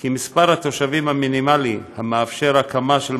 כי מספר התושבים המינימלי המאפשר הקמה של